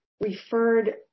referred